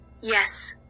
Yes